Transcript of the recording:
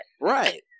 right